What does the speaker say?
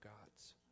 God's